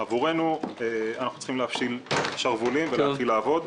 אנחנו צריכים להפשיל שרוולים ולהתחיל לעבוד.